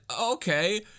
Okay